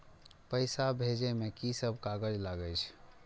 पैसा भेजे में की सब कागज लगे छै?